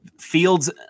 Fields